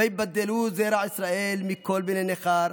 ויבדלו זרע ישראל מכל בני נכר,